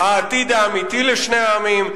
העתיד האמיתי לשני העמים.